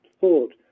thought